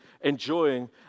enjoying